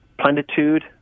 plenitude